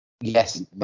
Yes